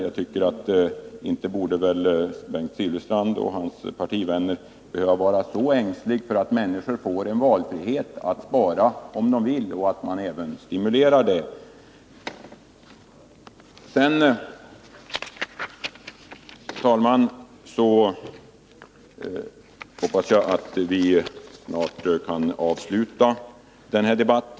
Jag tycker inte att Bengt Silfverstrand och hans partivänner borde vara så ängsliga för att människor får en valfrihet när det gäller att spara och att man även stimulerar sparande. Jag hoppas, herr talman, att vi snart kan avsluta denna debatt.